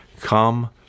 Come